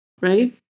right